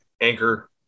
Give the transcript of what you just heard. Anchor